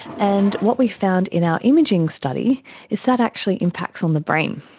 and what we found in our imaging study is that actually impacts on the brain.